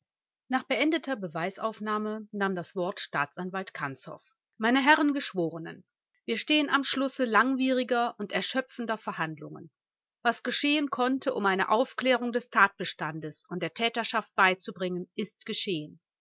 nach beendeter beweisaufnahme nahm das wort staatsanwalt kanzow meine herren geschworenen wir stehen am schlusse langwieriger und erschöpfender verhandlungen was geschehen konnte um eine aufklärung des tatbestandes und der täterschaft beizubringen ist geschehen